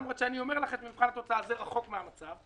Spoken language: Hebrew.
למרות שאני אומר לכם שבמבחן התוצאה זה רחוק מן המצב,